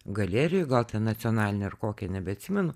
galerijoj gal ten nacionalinė ar kokia nebeatsimenu